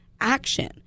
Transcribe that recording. action